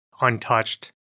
untouched